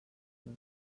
tots